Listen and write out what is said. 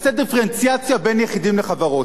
נעשה דיפרנציאציה בין יחידים לחברות.